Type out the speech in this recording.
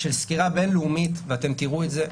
של סקירה בין-לאומית, ואתם תראו את זה.